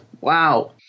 wow